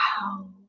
wow